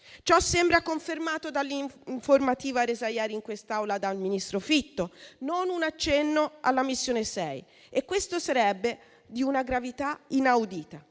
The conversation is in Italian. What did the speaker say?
Ciò sembra confermato dall'informativa resa ieri in quest'Aula dal ministro Fitto: non un accenno alla Missione 6, e questo sarebbe di una gravità inaudita,